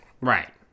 Right